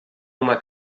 uma